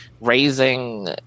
raising